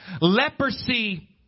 Leprosy